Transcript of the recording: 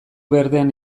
berdean